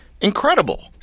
Incredible